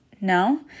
no